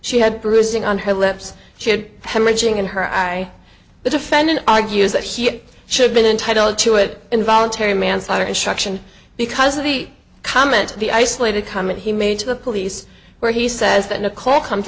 she had bruising on her lips she had hemorrhaging in her eye the defendant argues that she should been entitled to it involuntary manslaughter instruction because of the comment the isolated comment he made to the police where he says that a call comes